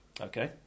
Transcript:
Okay